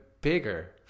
bigger